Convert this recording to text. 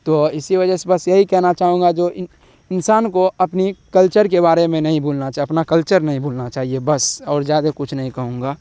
تو اسی وجہ سے بس یہی کہنا چاہوں گا جو ان انسان کو اپنی کلچر کے بارے میں نہیں بھولنا چاہے اپنا کلچر نہیں بھولنا چاہیے بس اور زیادہ کچھ نہیں کہوں گا